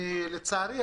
כנראה,